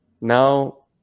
Now